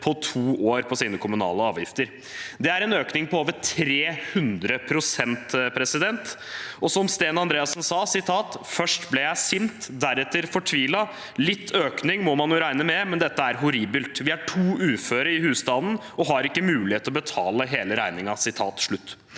5 113 kr i kommunale avgifter. Det er en økning på over 300 pst., og som Steen-Andreassen sa: «Først ble jeg forbannet, deretter fortvilet. Litt økning må man jo regne med, men dette er horribelt. Vi er to uføre i husstanden og har ikke mulighet til å betale hele regningen